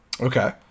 okay